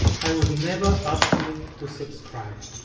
i would never ask you to subscribe